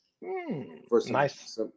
Nice